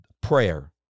prayer